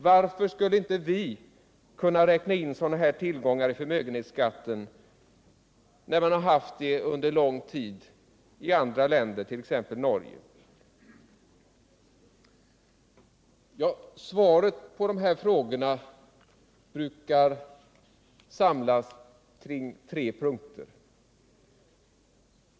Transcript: Varför skulle inte vi kunna räkna in sådana här tillgångar i förmögenhetsskatten, när man gjort det under låg tid i andra länder, t.ex. i Norge. Svaret på dessa frågor brukar samlas kring tre punkter.